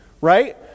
right